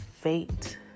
fate